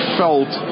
felt